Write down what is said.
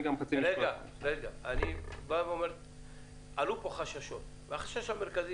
עלו כאן חששות והחשש המרכזי,